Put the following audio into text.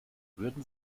würden